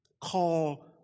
Call